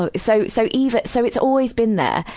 but so, so either so it's always been there,